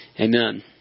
Amen